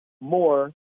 more